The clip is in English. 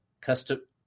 custom